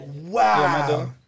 Wow